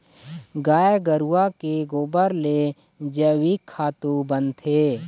गाय गरूवा के गोबर ले जइविक खातू बनथे